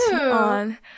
on